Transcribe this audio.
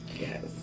yes